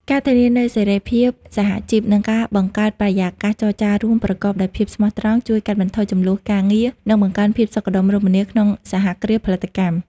ការធានានូវសេរីភាពសហជីព និងការបង្កើតបរិយាកាសចរចារួមប្រកបដោយភាពស្មោះត្រង់ ជួយកាត់បន្ថយជម្លោះការងារ និងបង្កើនភាពសុខដុមរមនានៅក្នុងសហគ្រាសផលិតកម្ម។